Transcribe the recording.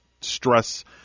stress